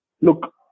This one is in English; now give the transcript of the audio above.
look